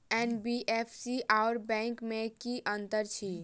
NBFC आओर bank मे की अंतर अछि?